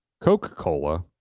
Coca-Cola